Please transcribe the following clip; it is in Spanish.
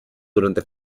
durante